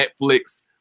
Netflix